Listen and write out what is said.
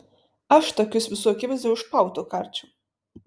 aš tokius visų akivaizdoje už pautų karčiau